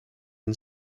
and